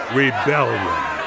rebellion